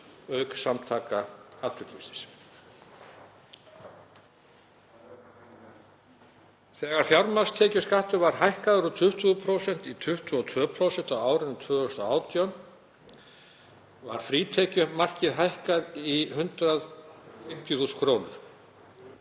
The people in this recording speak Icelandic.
auk Samtaka atvinnulífsins. Þegar fjármagnstekjuskattur var hækkaður úr 20% í 22% á árinu 2018 var frítekjumarkið hækkað í 150.000 kr.